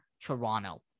Toronto